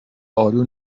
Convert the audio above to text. آلو